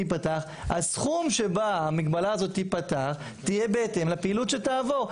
הסכום שבו המגבלה הזאת תיפתח יהיה בהתאם לפעילות שתעבור.